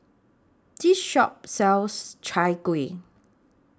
This Shop sells Chai Kuih